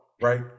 right